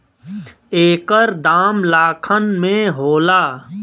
एकर दाम लाखन में होला